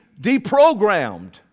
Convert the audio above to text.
deprogrammed